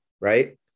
right